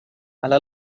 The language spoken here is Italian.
alla